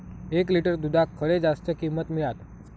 एक लिटर दूधाक खडे जास्त किंमत मिळात?